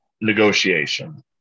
negotiation